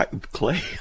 Clay